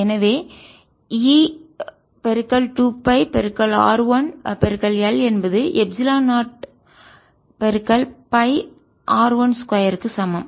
எனவே இது E 2 pi r 1 l என்பது எப்சிலன் 0 pi r 1 2 க்கு சமம்